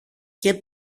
και